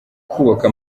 kubaka